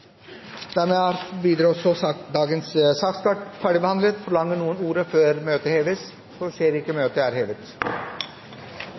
Dermed er dagens sakskart ferdigbehandlet. Forlanger noen ordet før møtet heves?